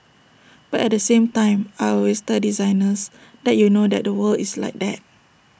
but at the same time I always tell designers that you know that the world is like that